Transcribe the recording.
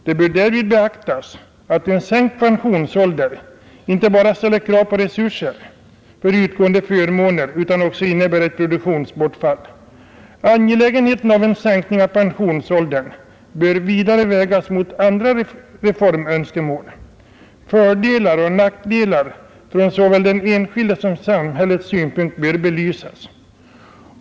Det bör därvid beaktas att en sänkt pensionsålder inte bara ställer krav på resurser för utgående förmåner utan också innebär ett produktionsbortfall. Angelägenheten av en sänkning av pensionsåldern bör vidare vägas mot andra reformönskemål. Fördelar och nackdelar från såväl den enskildes som samhällets synpunkt bör belysas.